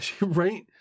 Right